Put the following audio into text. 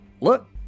look